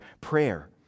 prayer